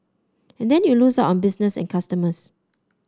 and then you lose out on business and customers